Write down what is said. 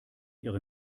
ihre